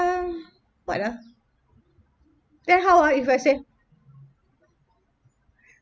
uh what ah then how ah if I say